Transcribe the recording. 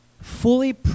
fully